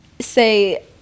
say